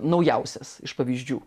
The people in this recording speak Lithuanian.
naujausias iš pavyzdžių